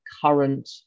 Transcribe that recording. current